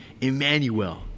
Emmanuel